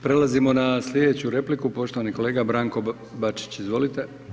Prelazimo na slijedeću repliku poštovani kolega Branko Bačić, izvolite.